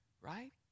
right